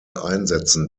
einsetzen